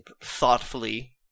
thoughtfully